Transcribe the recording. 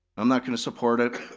i'm not gonna support it.